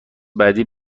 بعدی